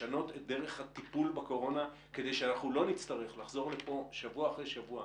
לשנות את דרך הטיפול בקורונה כדי שלא נצטרך לחזור לפה שבוע אחרי שבוע,